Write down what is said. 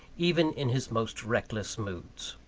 even in his most reckless moods.